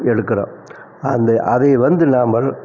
எடுக்கிறோம் அந்த அதை வந்து நாம